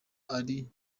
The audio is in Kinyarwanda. ari